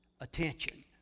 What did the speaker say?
attention